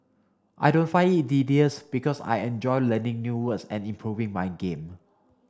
I don't find it tedious because I enjoy learning new words and improving my game